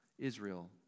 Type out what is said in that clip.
Israel